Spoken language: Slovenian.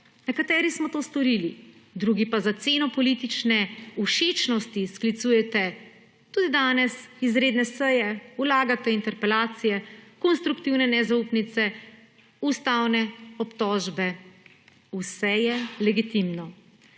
Nekateri smo to storili, drugi pa za ceno politične všečnosti sklicujete tudi danes izredne seje, vlagate interpelacije, konstruktivne nezaupnice, ustavne obtožbe, vse je legitimno.